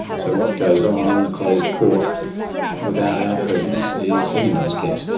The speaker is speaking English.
so what goes on in the closed court without our presence is anyone's guess.